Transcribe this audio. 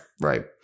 right